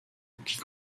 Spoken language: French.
qui